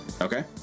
Okay